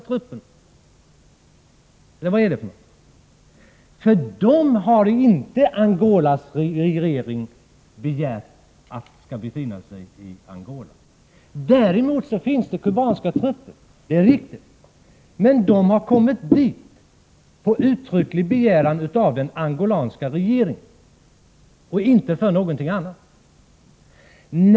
Angolas regering har inte begärt att dessa trupper skall befinna sig i Angola. Däremot finns det kubanska trupper i landet, det är riktigt. Men de har kommit dit på uttrycklig begäran från den angolanska regeringen och inte av någon annan anledning.